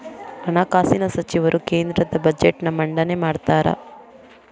ಹಣಕಾಸಿನ ಸಚಿವರು ಕೇಂದ್ರದ ಬಜೆಟ್ನ್ ಮಂಡನೆ ಮಾಡ್ತಾರಾ